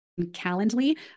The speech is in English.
Calendly